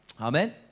Amen